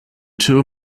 two